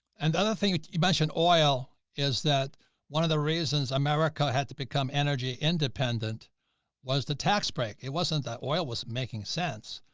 and other thing you mentioned oil is that one of the reasons america had to become energy independent was the tax break. it wasn't, that oil was making sense.